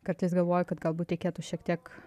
kartais galvoju kad galbūt reikėtų šiek tiek